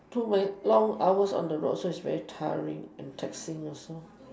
too many long hours on the road so is very tiring and taxing also